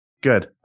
Good